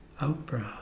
out-breath